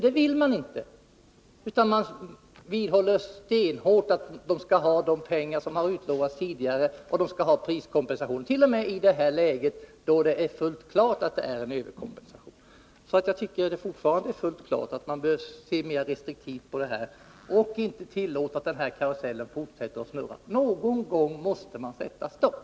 Det vill man inte, utan man vidhåller stenhårt att man skall få de pengar som har utlovats tidigare, och man skall få priskompensation t.o.m. i det här läget då det är fullt klart att det är fråga om en överkompensation. Jag tycker fortfarande att det är fullt klart att man bör se mera restriktivt på det hela och inte tillåta den här karusellen att fortsätta att snurra. Någon gång måste man sätta stopp.